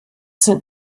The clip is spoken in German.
sind